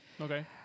Okay